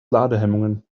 ladehemmungen